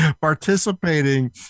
participating